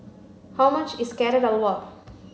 how much is Carrot Halwa